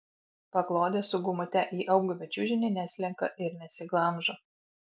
paklodė su gumute ji apgaubia čiužinį neslenka ir nesiglamžo